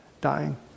dying